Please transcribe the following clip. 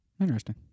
Interesting